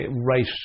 right